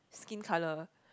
skin colour